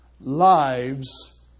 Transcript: lives